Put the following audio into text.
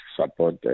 support